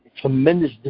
Tremendous